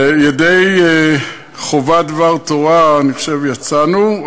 ידי חובת דבר תורה, אני חושב, יצאנו.